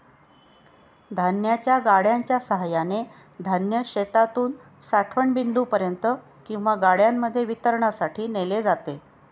धान्याच्या गाड्यांच्या सहाय्याने धान्य शेतातून साठवण बिंदूपर्यंत किंवा गाड्यांमध्ये वितरणासाठी नेले जाते